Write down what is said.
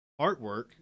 artwork